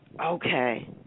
Okay